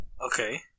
Okay